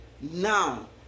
now